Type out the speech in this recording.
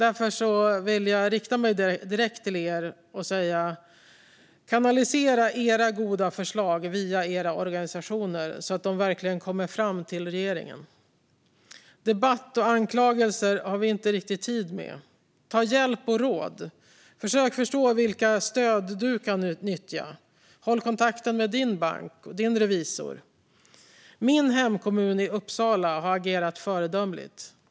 Jag vill rikta mig direkt till er och säga: Kanalisera era goda förslag via era organisationer, så att de verkligen kommer fram till regeringen! Debatt och anklagelser har vi inte tid med. Ta hjälp och råd, och försök förstå vilka stöd du kan nyttja! Håll kontakten med din bank och din revisor! Min hemkommun Uppsala har agerat föredömligt.